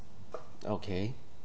okay